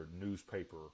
newspaper